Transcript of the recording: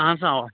اَہَن سا اَوا